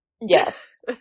Yes